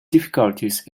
difficulties